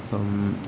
അപ്പം